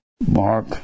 Mark